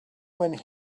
when